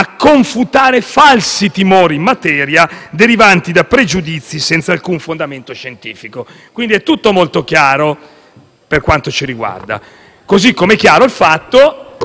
confutare falsi timori in materia derivanti da pregiudizi senza alcun fondamento scientifico. Quindi, è tutto molto chiaro per quanto ci riguarda. Così come, pur apprezzando